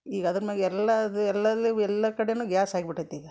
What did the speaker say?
ಈಗ ಅದರ ಮ್ಯಾಲ್ ಎಲ್ಲಾದು ಎಲ್ಲಲ್ಲಿ ಬಿ ಎಲ್ಲ ಕಡೆಯೂ ಗ್ಯಾಸ್ ಆಗ್ಬಿಟೈತೆ ಈಗ